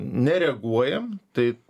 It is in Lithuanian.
nereaguojam tai